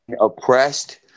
oppressed